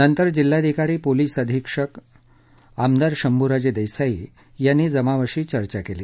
नंतर जिल्हाधिकारी पोलीस अधीक्षक आमदार शंभुराजदिस्ताई यांनी जमावाशी चर्चा कल्ली